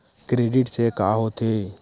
Credit से का होथे?